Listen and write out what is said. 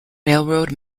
railroad